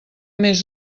més